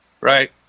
right